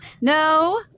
no